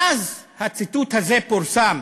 מאז פורסם